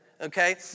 okay